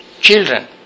children